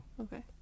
okay